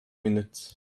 minutes